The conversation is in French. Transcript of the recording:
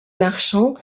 marchands